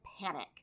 panic